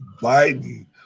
Biden